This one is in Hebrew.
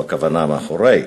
זו הכוונה מאחורי,